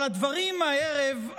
אבל הדברים הערב,